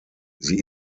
sie